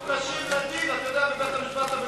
מבוקשים לדין בבית-המשפט הבין-לאומי.